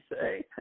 say